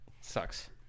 Sucks